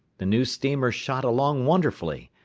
the new steamer shot along wonderfully,